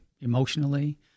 emotionally